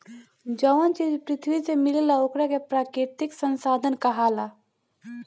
जवन चीज पृथ्वी से मिलेला ओकरा के प्राकृतिक संसाधन कहाला